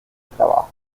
trabajo